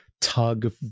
tug